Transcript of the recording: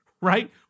right